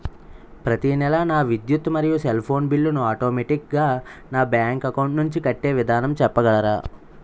ప్రతి నెల నా విద్యుత్ మరియు సెల్ ఫోన్ బిల్లు ను ఆటోమేటిక్ గా నా బ్యాంక్ అకౌంట్ నుంచి కట్టే విధానం చెప్పగలరా?